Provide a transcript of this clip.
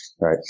Right